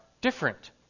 different